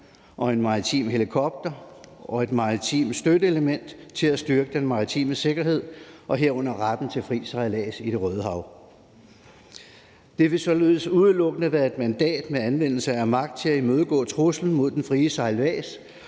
en maritim helikopter og et maritimt støtteelement til at styrke den maritime sikkerhed, herunder retten til fri sejlads i Det Røde Hav. Det vil således udelukkende være et mandat til anvendelse af magt til at imødegå truslen mod den frie sejlads